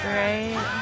right